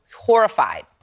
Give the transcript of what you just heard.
horrified